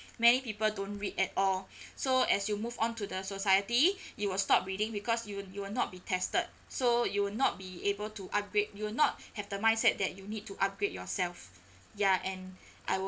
many people don't read at all so as you move on to the society you will stop reading because you'll you will not be tested so you will not be able to upgrade you will not have the mindset that you need to upgrade yourself ya and I will